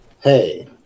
Hey